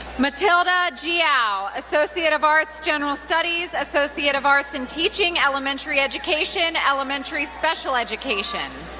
matilda gyau, associate of arts, general studies, associate of arts in teaching, elementary education elementary special education.